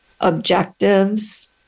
objectives